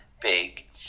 big